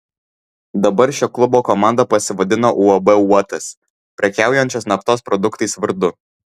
dabar šio klubo komanda pasivadino uab uotas prekiaujančios naftos produktais vardu